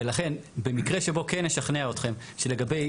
ולכן במקרה שבו כן נשכנע אתכם שלגבי